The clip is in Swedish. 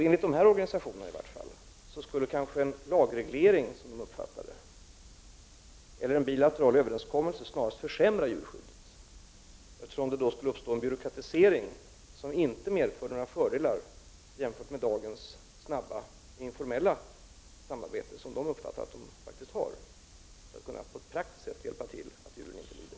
Enligt dessa organisationer skulle en lagreglering eller en bilateral överenskommelse kanske snarast försämra djurskyddet, eftersom det då skulle uppstå en byråkratisering, som inte skulle innebära några fördelar jämfört med dagens snabba och informella samarbete som jägarna uppfattar att de faktiskt har för att på ett praktiskt sätt se till att djuren inte lider.